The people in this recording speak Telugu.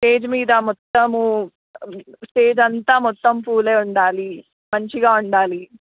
స్టేజ్ మీద మొత్తము స్టేజ్ అంతా మొత్తం ఫూలు ఉండాలి మంచిగా ఉండాలి